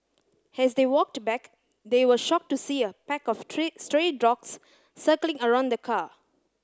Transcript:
as they walked back they were shocked to see a pack of stray dogs circling around the car